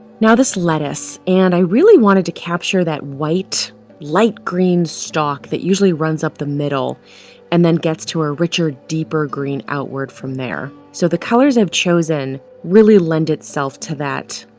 now this lettuce and i really wanted to capture that white light green stalk that usually runs up the middle and then gets to ah richer deeper green outward from there so the colors have chosen really lend itself to that